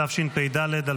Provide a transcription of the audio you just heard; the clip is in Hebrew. התשפ"ד 2024,